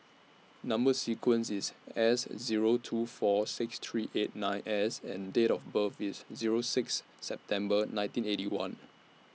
Number sequence IS S Zero two four six three eight nine S and Date of birth IS Zero six September nineteen Eighty One